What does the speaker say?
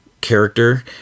character